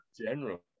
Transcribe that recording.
general